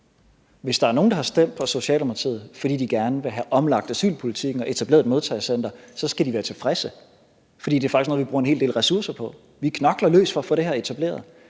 Hvis der er nogle, der har stemt på Socialdemokratiet, fordi de gerne vil have omlagt asylpolitikken og etableret et modtagecenter, så skal de være tilfredse, for det er faktisk noget af det, vi bruger en hel del ressourcer på. Vi knokler løs for at få det her etableret.